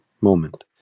moment